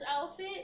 outfit